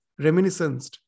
reminiscenced